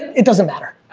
it doesn't matter.